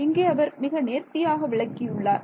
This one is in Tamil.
இங்கே அவர் மிக நேர்த்தியாக விளக்கியுள்ளார்